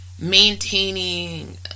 maintaining